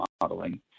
modeling